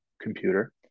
computer